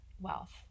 wealth